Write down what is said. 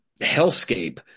hellscape